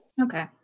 Okay